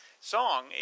song